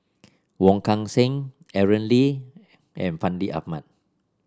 Wong Kan Seng Aaron Lee and Fandi Ahmad